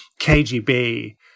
KGB